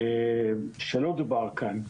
שלא דובר כאן,